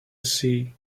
see